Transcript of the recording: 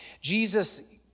Jesus